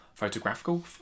photographical